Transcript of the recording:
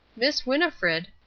miss winnifred,